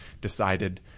decided